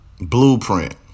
Blueprint